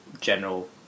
general